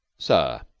sir?